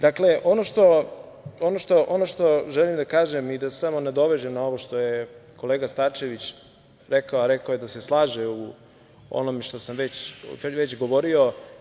Dakle, ono što želim da kažem i da se samo nadovežem na ovo što je kolega Starčević rekao, a rekao je da se slaže u onome što je govorio.